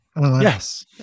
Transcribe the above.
yes